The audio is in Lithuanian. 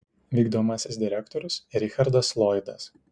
vykdomasis direktorius richardas lloydas